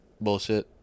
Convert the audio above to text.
bullshit